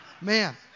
Man